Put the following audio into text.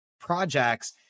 projects